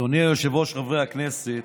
אדוני היושב-ראש, חברי הכנסת,